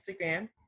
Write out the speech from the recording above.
Instagram